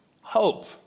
hope